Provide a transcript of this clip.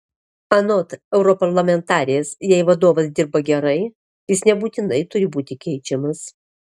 anot europarlamentarės jei vadovas dirba gerai jis nebūtinai turi būti keičiamas